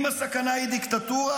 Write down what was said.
אם הסכנה היא דיקטטורה,